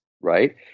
right